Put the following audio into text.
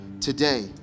today